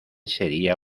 sería